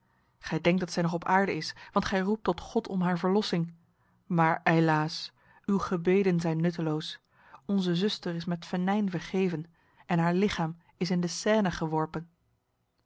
gij denkt dat zij nog op aarde is want gij roept tot god om haar verlossing maar eilaas uw gebeden zijn nutteloos onze zuster is met venijn vergeven en haar lichaam is in de seine geworpen